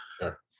Sure